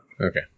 okay